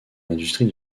l’industrie